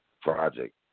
project